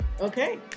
Okay